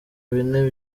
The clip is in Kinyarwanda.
bine